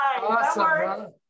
awesome